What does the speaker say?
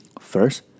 First